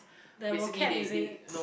the vocab is it